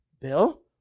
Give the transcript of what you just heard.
Bill